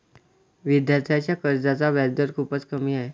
विद्यार्थ्यांच्या कर्जाचा व्याजदर खूपच कमी आहे